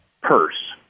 purse